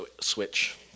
switch